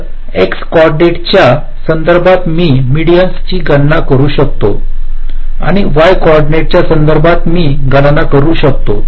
तर एक्स कोऑर्डिनेट्सच्या संदर्भात मी मेडीन्स ची गणना करू शकतो आणि वाय कॉर्डिनेट्स च्या संदर्भात मी गणना करू शकतो